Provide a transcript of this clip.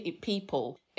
people